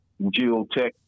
geotech